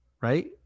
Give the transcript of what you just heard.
right